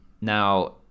now